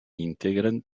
integren